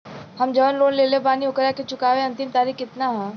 हम जवन लोन लेले बानी ओकरा के चुकावे अंतिम तारीख कितना हैं?